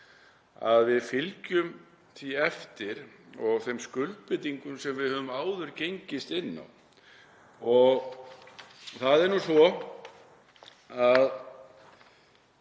að við fylgjum því eftir og þeim skuldbindingum sem við höfum áður gengist undir. Það er nú svo að